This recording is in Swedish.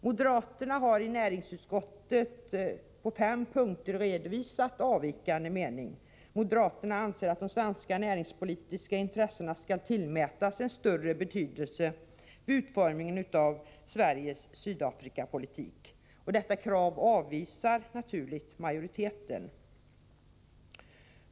Moderaterna i näringsutskottet har på fem punkter redovisat avvikande mening. Moderaterna anser att de svenska näringspolitiska intressena skall tillmätas en större betydelse vid utformningen av Sveriges Sydafrikapolitik. Detta krav avvisas naturligtvis av majoriteten.